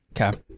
Okay